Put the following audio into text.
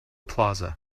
plaza